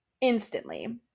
instantly